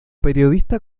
periodista